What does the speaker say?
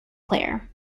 player